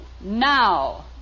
Now